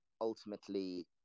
ultimately